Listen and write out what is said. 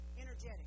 energetic